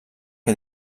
que